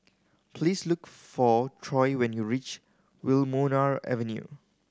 please look for Troy when you reach Wilmonar Avenue